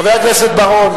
חבר הכנסת בר-און,